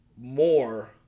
more